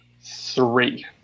Three